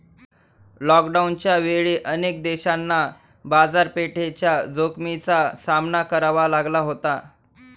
लॉकडाऊनच्या वेळी अनेक देशांना बाजारपेठेच्या जोखमीचा सामना करावा लागला होता